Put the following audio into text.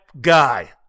guy